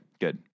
good